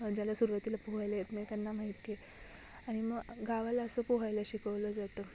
ज्याला सुरुवातीला पोहायला येत नाही त्यांना माहीत गे आणि म गावाला असं पोहायला शिकवलं जातं